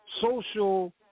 social